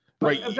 right